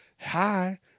Hi